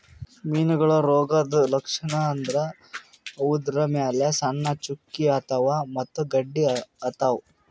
ಮೀನಾಗೋಳ್ ರೋಗದ್ ಲಕ್ಷಣ್ ಅಂದ್ರ ಅವುದ್ರ್ ಮ್ಯಾಲ್ ಸಣ್ಣ್ ಚುಕ್ಕಿ ಆತವ್ ಮತ್ತ್ ಗಡ್ಡಿ ಆತವ್